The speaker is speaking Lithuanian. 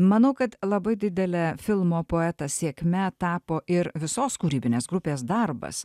manau kad labai didele filmo poetas sėkme tapo ir visos kūrybinės grupės darbas